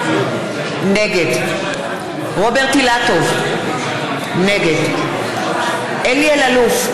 נגד רוברט אילטוב, נגד אלי אלאלוף,